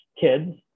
kids